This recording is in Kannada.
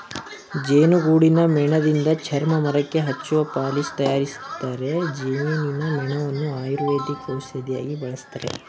ಜೇನುಗೂಡಿನ ಮೇಣದಿಂದ ಚರ್ಮ, ಮರಕ್ಕೆ ಹಚ್ಚುವ ಪಾಲಿಶ್ ತರಯಾರಿಸ್ತರೆ, ಜೇನಿನ ಮೇಣವನ್ನು ಆಯುರ್ವೇದಿಕ್ ಔಷಧಿಯಾಗಿ ಬಳಸ್ತರೆ